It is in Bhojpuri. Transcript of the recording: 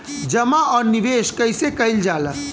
जमा और निवेश कइसे कइल जाला?